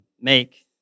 make